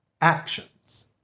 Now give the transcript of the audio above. actions